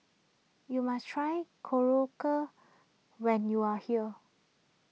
you must try Korokke when you are here